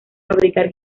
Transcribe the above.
fabricar